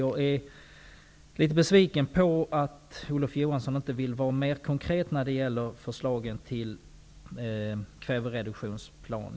Jag är litet besviken på att Olof Johansson inte vill vara mer konkret när det gäller förslaget till kvävereduktionsplan.